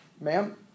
Ma'am